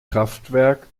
kraftwerk